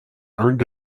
earned